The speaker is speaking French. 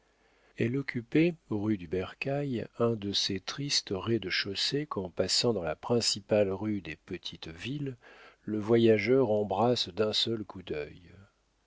elle occupait rue du bercail un de ces tristes rez-de-chaussée qu'en passant dans la principale rue des petites villes le voyageur embrasse d'un seul coup d'œil